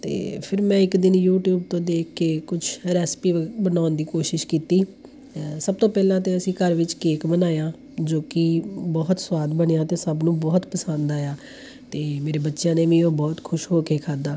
ਅਤੇ ਫਿਰ ਮੈਂ ਇੱਕ ਦਿਨ ਯੂਟੀਊਬ ਤੋਂ ਦੇਖ ਕੇ ਕੁਛ ਰੈਸਪੀ ਬਣਾਉਣ ਦੀ ਕੋਸ਼ਿਸ਼ ਕੀਤੀ ਸਭ ਤੋਂ ਪਹਿਲਾਂ ਤਾਂ ਅਸੀਂ ਘਰ ਵਿੱਚ ਕੇਕ ਬਣਾਇਆ ਜੋ ਕਿ ਬਹੁਤ ਸਵਾਦ ਬਣਿਆ ਅਤੇ ਸਭ ਨੂੰ ਬਹੁਤ ਪਸੰਦ ਆਇਆ ਅਤੇ ਮੇਰੇ ਬੱਚਿਆਂ ਨੇ ਵੀ ਉਹ ਬਹੁਤ ਖੁਸ਼ ਹੋ ਕੇ ਖਾਧਾ